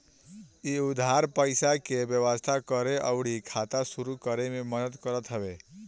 इ उधार पईसा के व्यवस्था करे अउरी खाता शुरू करे में मदद करत हवे